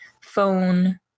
phone